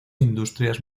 industrias